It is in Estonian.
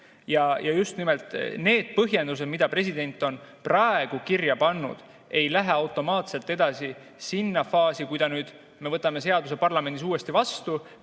Just nimelt need põhjendused, mille president on praegu kirja pannud, ei lähe automaatselt edasi sinna faasi – kui me nüüd võtame seaduse parlamendis uuesti vastu